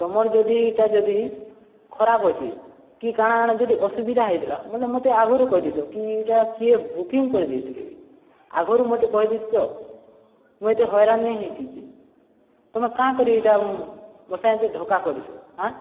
ତୁମର ଯଦି ଏଇଟା ଯଦି ଖରାପ ଅଛି କି କାଣା କାଣା ଯଦି ଅସୁବିଧା ହେଇଥିଲା ବୋଲେ ମୋତେ ଆଗରୁ କହିଦିଥ କି ଏଇଟା କିଏ ବୁକିଂ କରିଦେଇଥିଲେ ବି ଆଗରୁ ମୋତେ କହିଦେଇଥିତ ତ ମୁଁ ଏତେ ହଇରାଣ ହେଇଥିତି ତୁମେ କାଁ କରି ଏଇଟା ମୋ ସାଙ୍ଗେ ଏତେ ଧୋକା କରିଛ ହାଁ